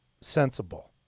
sensible